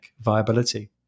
viability